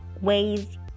ways